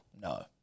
No